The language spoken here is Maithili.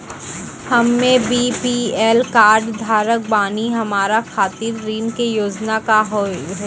हम्मे बी.पी.एल कार्ड धारक बानि हमारा खातिर ऋण के योजना का होव हेय?